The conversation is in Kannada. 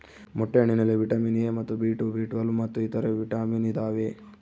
ಮೊಟ್ಟೆ ಹಣ್ಣಿನಲ್ಲಿ ವಿಟಮಿನ್ ಎ ಮತ್ತು ಬಿ ಟು ಬಿ ಟ್ವೇಲ್ವ್ ಮತ್ತು ಇತರೆ ವಿಟಾಮಿನ್ ಇದಾವೆ